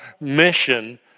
mission